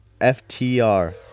FTR